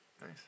Nice